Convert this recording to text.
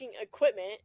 equipment